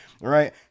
right